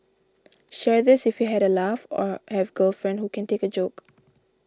share this if you had a laugh or have girlfriend who can take a joke